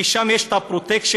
כי שם יש פרוטקשן,